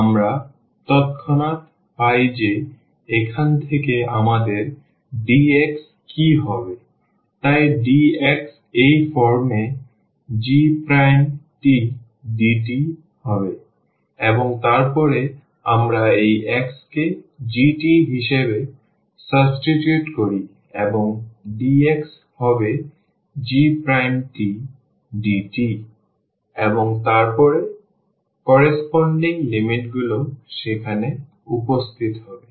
আমরা তৎক্ষণাৎ পাই যে এখান থেকে আমাদের dx কী হবে তাই dx এই ফর্মে gdt হবে এবং তারপরে আমরা এই x কে g হিসাবে সাবস্টিটিউট করি এবং dx হবে gdt এবং তারপরে করস্পন্ডিং লিমিটগুলি সেখানে উপস্থিত হবে